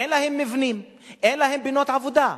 אין להם מבנים, אין להם פינות עבודה,